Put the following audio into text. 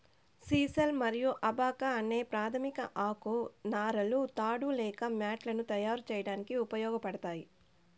sisal మరియు abaca అనే ప్రాధమిక ఆకు నారలు తాడు లేదా మ్యాట్లను తయారు చేయడానికి ఉపయోగించబడతాయి